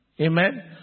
Amen